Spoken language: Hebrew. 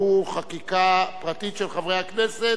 חקיקה פרטית של חברי הכנסת.